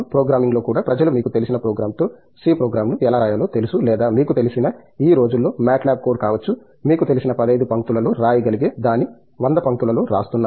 ప్రోగ్రామింగ్లో కూడా ప్రజలు మీకు తెలిసిన ప్రోగ్రామ్తో C ప్రోగ్రామ్ను ఎలా రాయాలో తెలుసు లేదా మీకు తెలిసిన ఈ రోజుల్లో మాట్ ల్యాబ్ కోడ్ కావచ్చు మీకు తెలిసిన 15 పంక్తుల లో రాయగలిగే దానిని 100 పంక్తులలో రాస్తున్నారు